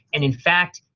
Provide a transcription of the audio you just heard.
and, in fact,